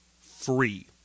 free